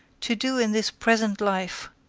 to do in this present life,